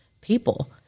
people